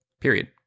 period